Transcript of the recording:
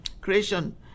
creation